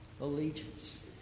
allegiance